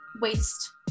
waste